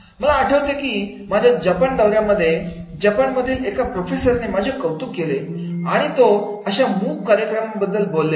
मला आठवते की माझ्या जपानच्या दौऱ्यामध्ये जपानमधील एका प्रोफेसरने माझे कौतुक केले आणि तो अशा मूक कार्यक्रमाबद्दल बोललेला